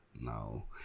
No